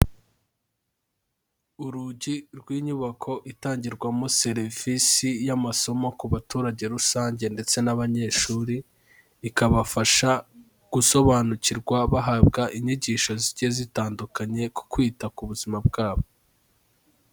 Urugi rw'inyubako itangirwamo serivisi y'amasomo ku baturage rusange ndetse n'abanyeshuri, ikabafasha gusobanukirwa bahabwa inyigisho zigiye zitandukanye ku kwita ku buzima bwabo.